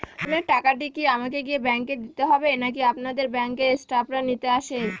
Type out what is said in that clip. লোনের টাকাটি কি আমাকে গিয়ে ব্যাংক এ দিতে হবে নাকি আপনাদের ব্যাংক এর স্টাফরা নিতে আসে?